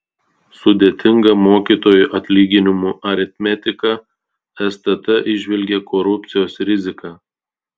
sudėtinga mokytojų atlyginimų aritmetika stt įžvelgia korupcijos riziką